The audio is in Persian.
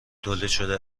تولیدشده